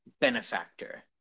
benefactor